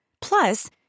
Plus